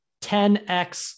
10x